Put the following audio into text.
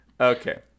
okay